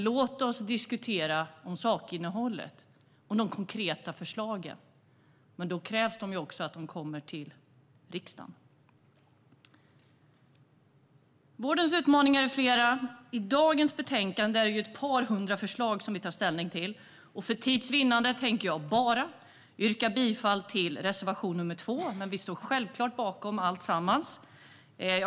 Låt oss diskutera sakinnehållet och de konkreta förslagen. Men då krävs det också att de kommer till riksdagen. Vårdens utmaningar är flera. I dagens betänkande är det ett par hundra förslag som vi tar ställning. För tids vinnande tänker jag yrka bifall bara till reservation 2, men vi står självklart bakom alla våra reservationer.